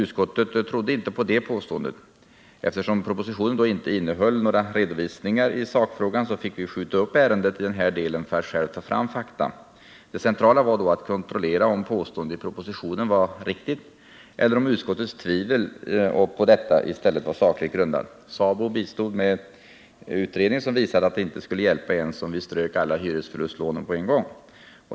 Utskottet trodde dock inte på det påståendet. Eftersom propositionen inte innehöll några redovisningar i sakfrågan fick vi skjuta upp ärendet i den här delen för att själva ta fram fakta. Det centrala var att kontrollera om påståendet i propositionen var riktigt eller om utskottets tvivel på detta var sakligt grundat. SABO bistod med en utredning, som visade att det inte skulle hjälpa ens om vi strök alla hyresförlustlånen på en gång.